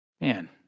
man